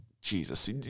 Jesus